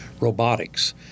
robotics